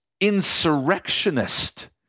insurrectionist